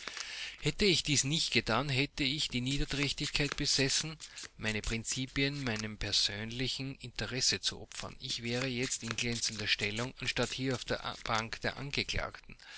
hätte ich dies nicht getan hätte ich die niederträchtigkeit besessen meine prinzipien meinem persönlichen interesse zu opfern ich wäre jetzt in glänzender stellung anstatt hier auf der bank der angeklagten